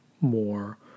more